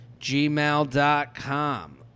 gmail.com